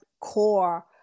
core